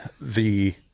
the-